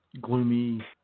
gloomy